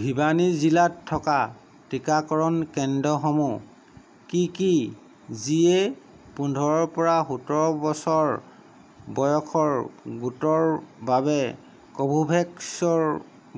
ভিৱানী জিলাত থকা টীকাকৰণ কেন্দ্ৰসমূহ কি কি যিয়ে পোন্ধৰৰ পৰা বছৰ বয়সৰ গোটৰ বাবে কোভোভেক্সৰ